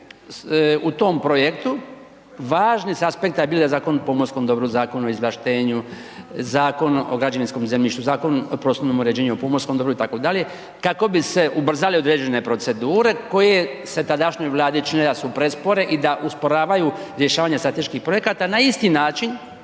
u tom projektu važni s aspekta bilo Zakonu o pomorskom dobru, Zakonu o izvlaštenju, Zakonu o građevinskom zemljištu, Zakonu o prostornom uređenju, pomorskom dobru itd., kako bi se ubrzale određene procedure koje su se tadašnjoj Vladi činile da su prespore i da usporavaju rješavanje strateških projekata na isti način